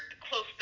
close